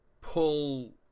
pull